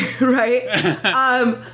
right